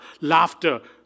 laughter